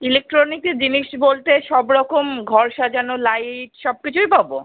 ইলেকট্রনিক্সের জিনিস বলতে সব রকম ঘর সাজানো লাইট সব কিছুই পাবো